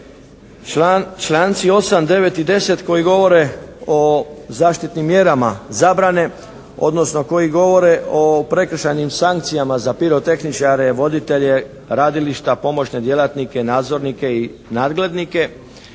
Članci 8., 9. i 10., koji govore o zaštitnim mjerama zabrane, odnosno koji govore o prekršajnim sankcijama za pirotehničare, voditelje radilišta, pomoćne djelatnike, nadzornike i nadglednike.